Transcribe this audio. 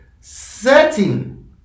setting